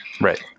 Right